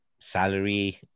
salary